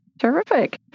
Terrific